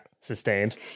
sustained